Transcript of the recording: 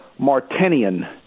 Martinian